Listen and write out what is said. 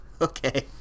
Okay